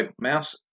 Mouse